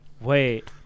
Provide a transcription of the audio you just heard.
Wait